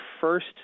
first